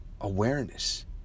awareness